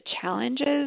challenges